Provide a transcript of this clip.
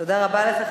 תודה רבה לך,